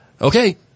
okay